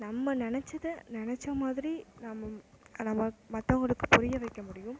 நம்ம நினச்சத நினச்சா மாதிரி நம்ம நம்ம மற்றவங்களுக்கு புரிய வைக்க முடியும்